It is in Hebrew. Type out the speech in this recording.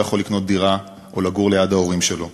יכול לקנות דירה או לגור ליד ההורים שלו,